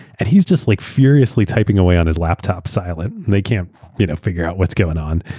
and he's just like furiously typing away on his laptop silent. they can't you know figure out what's going on.